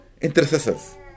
intercessors